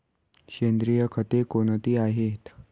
सेंद्रिय खते कोणती आहेत?